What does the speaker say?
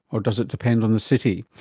or does it depend on the city?